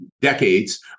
decades